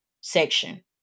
section